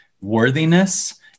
worthiness